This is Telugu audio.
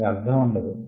దానికి అర్ధం ఉండదు